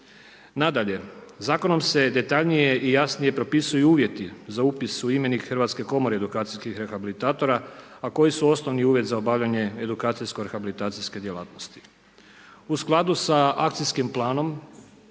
Nadalje, zakonom se detaljnije i jasnije propisuju uvjeti za upis u imenik Hrvatske komore edukacijskih rehabilitatora, a koji su osnovni uvjet za obavljanje edukacijsko-rehabilitacijske djelatnosti. U skladu sa akcijskim planom